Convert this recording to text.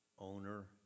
owner